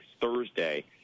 Thursday